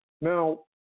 Now